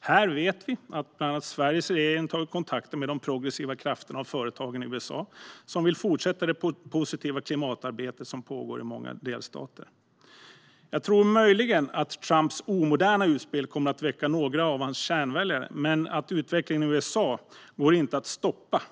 Här vet vi att bland annat Sveriges regering har tagit kontakt med de progressiva krafter och företag i USA som vill fortsätta det positiva klimatarbete som pågår i många delstater. Jag tror möjligen att Trumps omoderna utspel kommer att väcka några av hans kärnväljare, men utvecklingen i USA går inte att stoppa.